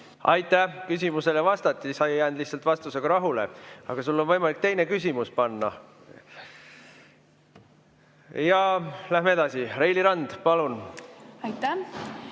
Aitäh! Küsimusele vastati, sa ei jäänud lihtsalt vastusega rahule. Aga sul on võimalik teine küsimus panna. Läheme edasi. Reili Rand, palun! Aitäh!